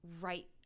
right